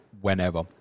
whenever